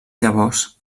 llavors